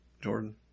Jordan